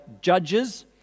judges